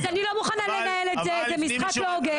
אז אני לא מוכנה לנהל את זה, זה משחק לא הוגן.